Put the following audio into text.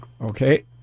Okay